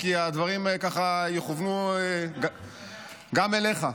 כי הדברים ככה יכוונו גם אליך.